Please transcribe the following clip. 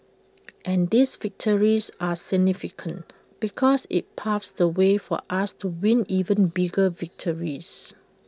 and these victories are significant because IT paves the way for us to win even bigger victories